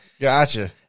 Gotcha